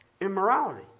Immorality